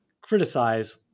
criticize